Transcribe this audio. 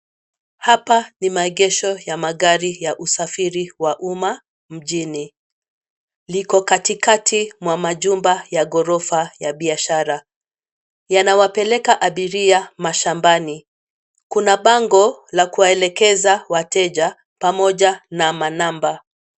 Hapa ni maegesho ya magari ya usafiri wa umma mjini, liko katikati mwa majumba ya ghorofa ya biashara. Yanawapeleka abiria mashambani. Kuna bango la kuwaelekeza wateja pamoja na manamba.